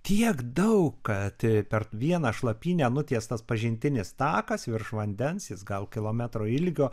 tiek daug kad per vieną šlapynę nutiestas pažintinis takas virš vandens jis gal kilometro ilgio